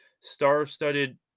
star-studded